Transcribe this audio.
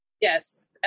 Yes